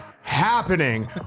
happening